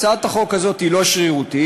הצעת החוק הזאת היא לא שרירותית,